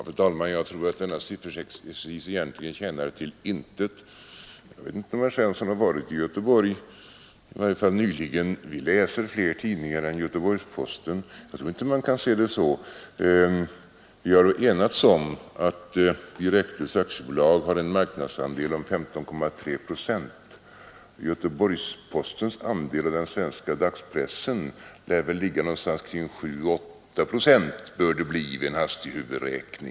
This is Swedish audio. Fru talman! Jag tror att denna sifferexercis egentligen tjänar till intet. Jag vet inte om herr Svensson har varit i Göteborg nyligen, men där läser vi också andra tidningar än Göteborgs-Posten. Och därför tror jag inte att man kan se denna fråga på det sätt som herr Svensson gör. Vi har enats om att Direktus AB har en marknadsandel om 15,3 procent. Göteborgs-Postens andel av den svenska dagspressen lär väl ligga vid någonting på 7 å 8 procent — jag får det till något sådant vid en hastig huvudräkning.